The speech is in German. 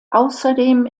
außerdem